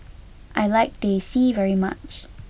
I like Teh C very much